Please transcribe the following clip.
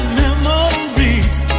memories